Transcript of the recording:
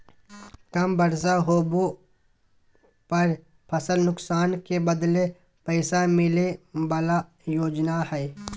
कम बर्षा होबे पर फसल नुकसान के बदले पैसा मिले बला योजना हइ